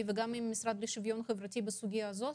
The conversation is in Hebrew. וגם עם המשרד לשוויון חברתי בסוגיה הזו,